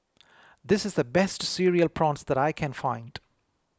this is the best Cereal Prawns that I can find